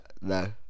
No